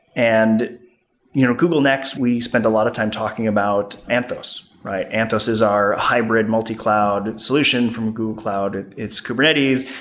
and you know google next, we spent a lot of time talking about anthos. anthos is our hybrid multi-cloud solution from google cloud. it's kubernetes.